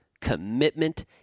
commitment